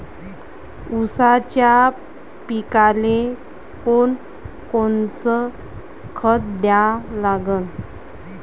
ऊसाच्या पिकाले कोनकोनचं खत द्या लागन?